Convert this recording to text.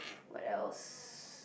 what else